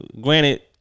granted